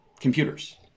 computers